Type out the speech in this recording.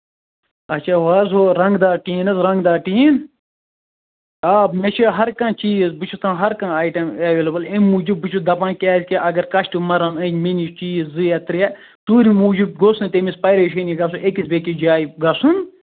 اچھا ہُہ حظ ہُہ رَنٛگ دار ٹیٖن حظ رَنٛگ دار ٹیٖن آ مےٚ چھُ ہر کانٛہہ چیٖز بہٕ چھُس تھاوان ہر کانٛہہ ایٹم ایوِلیبٕل اَمہِ موٗجوٗب بہٕ چھُس دَپان کیٛازِ کہِ اَگر کَسٹمَرَن أنۍ مےٚ نِش چیٖز زٕ یا ترٛےٚ ژوٗرِم موٗجوٗب گوٚژھ نہٕ تٔمِس پَریشٲنۍ گژھٕنۍ أکِس بیٚیِس جایہِ گژھُن